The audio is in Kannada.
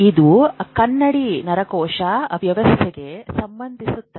ಇದು ಕನ್ನಡಿ ನರಕೋಶ ವ್ಯವಸ್ಥೆಗೆ ಸಂಭವಿಸುತ್ತದೆ